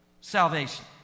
salvation